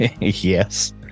yes